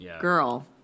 girl